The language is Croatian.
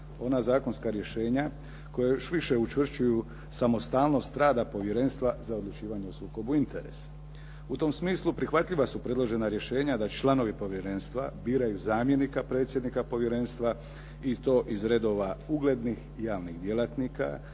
ona zakonska rješenja koja još više učvršćuju samostalnost rada Povjerenstva za odlučivanje o sukobu interesa. U tom smislu prihvatljiva su predložena rješenja da članovi Povjerenstva biraju zamjenika predsjednika povjerenstva i to iz redova uglednih javnih djelatnika